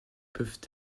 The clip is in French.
peuvent